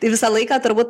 ir visą laiką turbūt